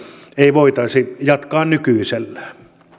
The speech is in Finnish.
voitaisi jatkaa nykyisellään